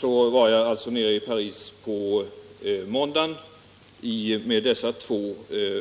Sedan var jag alltså nere i Paris på måndagen och tisdagen därefter med dessa två